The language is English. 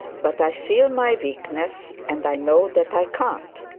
but i feel my weakness and i know that i can't.